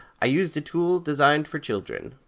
i used a tool designed for children.